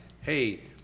hey